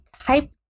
type